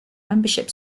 membership